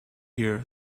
here